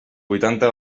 vuitanta